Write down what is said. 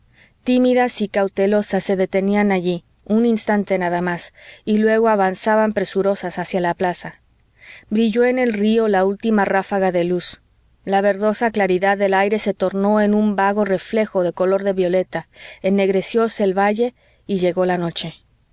tímidas y cautelosas se detenían allí un instante nada más y luego avanzaban presurosas hacia la plaza brilló en el río la última ráfaga de luz la verdosa claridad del aire se tornó en un vago reflejo de color de violeta ennegrecióse el valle y llegó la noche